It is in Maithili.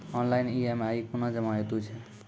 ऑनलाइन ई.एम.आई कूना जमा हेतु छै?